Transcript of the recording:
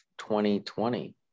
2020